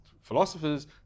philosophers